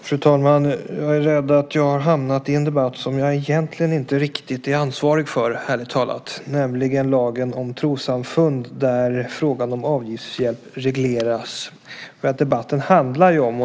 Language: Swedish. Fru talman! Jag är rädd att jag har hamnat i en debatt som jag egentligen inte riktigt är ansvarig för, ärligt talat, nämligen lagen om trossamfund där frågan om avgiftshjälp regleras.